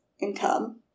income